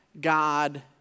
God